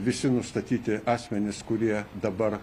visi nustatyti asmenys kurie dabar